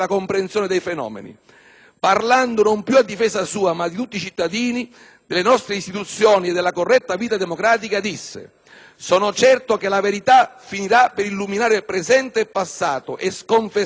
Parlando non più a difesa sua, ma di tutti i cittadini, delle nostre istituzioni e della corretta vita democratica, disse: «Sono certo che la verità finirà per illuminare presente e passato e sconfessare un metodo